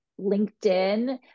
LinkedIn